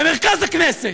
במרכז הכנסת,